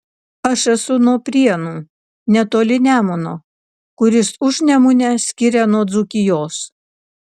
aš esu nuo prienų netoli nemuno kuris užnemunę skiria nuo dzūkijos